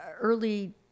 early